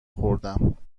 خوردم